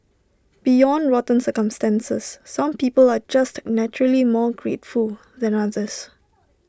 beyond rotten circumstances some people are just naturally more grateful than others